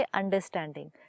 understanding